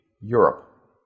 Europe